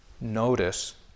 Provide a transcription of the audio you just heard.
notice